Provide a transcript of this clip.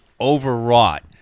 overwrought